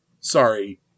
Sorry